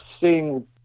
seeing